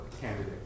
candidate